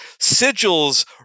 sigils